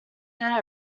then